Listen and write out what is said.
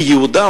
כי יהודה,